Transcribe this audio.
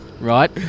Right